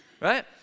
Right